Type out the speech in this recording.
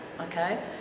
Okay